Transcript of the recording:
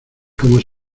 como